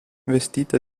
vestita